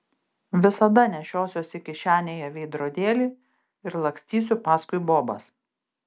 visada nešiosiuosi kišenėje veidrodėlį ir lakstysiu paskui bobas